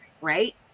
Right